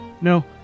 No